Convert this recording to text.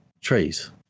trees